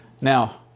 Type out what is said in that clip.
Now